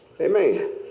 Amen